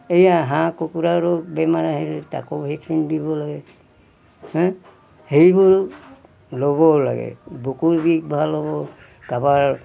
এইয়া হাঁহ কুকুৰাৰো বেমাৰ আহিলে তাকো ভেকচিন দিব লাগে হে সেইবোৰো ল'বও লাগে বুকুৰ বিষ ভাল হ'ব কাৰাবাৰ